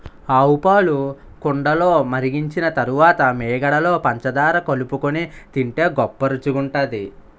ఆవుపాలు కుండలో మరిగించిన తరువాత మీగడలో పంచదార కలుపుకొని తింటే గొప్ప రుచిగుంటది